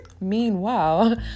Meanwhile